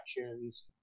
actions